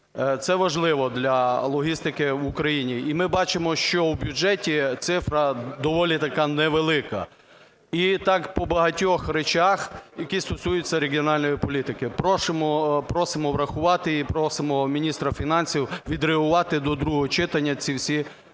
це важливо для логістики в Україні. І ми бачимо, що в бюджеті цифра доволі така невелика. І так по багатьох речах, які стосуються регіональної політики. Просимо врахувати її, просимо міністра фінансів відредагувати до другого читання ці всі